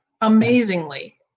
amazingly